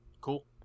cool